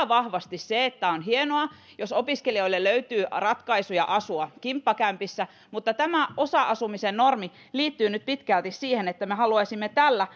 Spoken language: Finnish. vahvasti se että on hienoa jos opiskelijoille löytyy ratkaisuja asua kimppakämpissä mutta tämä osa asumisen normi liittyy nyt pitkälti siihen että me haluaisimme tällä